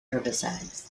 herbicides